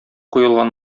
куелган